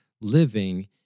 living